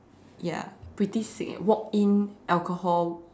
ya pretty sick eh walk in alcohol